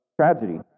tragedy